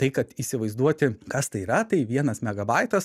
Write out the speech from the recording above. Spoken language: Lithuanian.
tai kad įsivaizduoti kas tai yra tai vienas megabaitas